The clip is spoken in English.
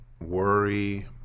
worry